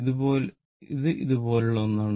ഇത് ഇതുപോലുള്ള ഒന്നാണ്